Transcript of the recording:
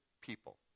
people